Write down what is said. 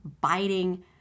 biting